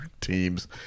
teams